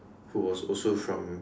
who was also from